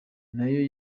nayo